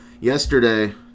yesterday